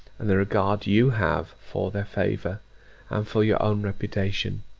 and the regard you have for their favour, and for your own reputation.